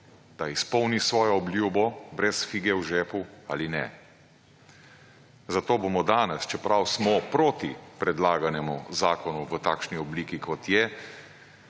da izpolni svojo obljubo brez fige v žepu, ali ne. Zato bomo danes, čeprav smo proti predlaganemu zakonu v takšni obliki kot je,